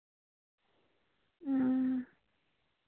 ᱦᱮᱸ